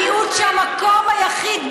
המיעוט שהמקום היחיד,